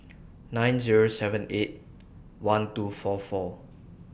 nine Zero seven eight one two four four